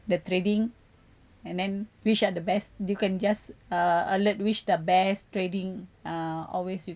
the trading and then which are the best you can just uh alert which the best trading uh always you